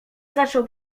zaczął